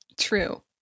true